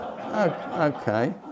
Okay